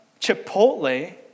Chipotle